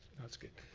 that's good.